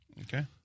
Okay